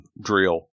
drill